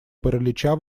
паралича